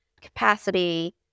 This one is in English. capacity